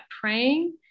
praying